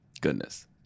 Goodness